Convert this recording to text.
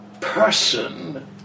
person